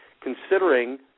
considering